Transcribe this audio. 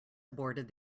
aborted